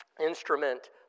instrument